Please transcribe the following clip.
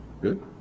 Good